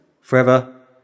forever